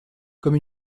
comme